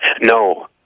No